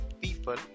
people